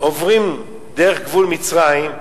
עוברים דרך גבול מצרים,